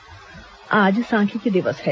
सांख्यिकी दिवस आज सांख्यिकी दिवस है